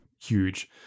huge